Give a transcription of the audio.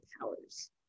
powers